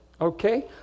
Okay